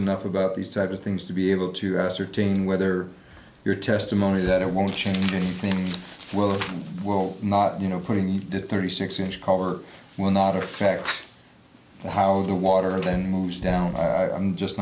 enough about these type of things to be able to ascertain whether your testimony that it won't change anything well or well not you know putting that thirty six inch color will not affect how the water line moves down i'm just